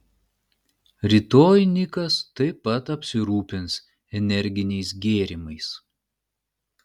rytoj nikas taip pat apsirūpins energiniais gėrimais